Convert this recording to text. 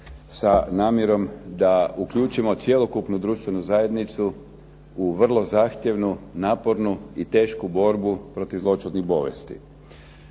sa namjerom da uključimo cjelokupnu društvenu zajednicu u vrlo zahtjevnu, napornu i tešku borbu protiv zloćudnih bolesti.